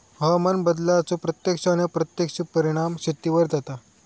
हवामान बदलाचो प्रत्यक्ष आणि अप्रत्यक्ष परिणाम शेतीवर जाता